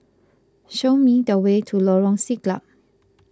show me the way to Lorong Siglap